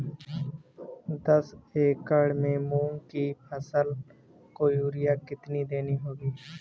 दस एकड़ में मूंग की फसल को यूरिया कितनी देनी होगी?